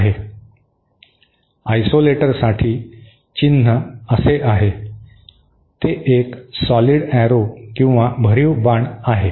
आयसोलेटरसाठी चिन्ह असे आहे ते एक सॉलिड एरो किंवा भरीव बाण आहे